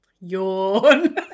Yawn